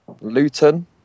Luton